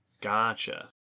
Gotcha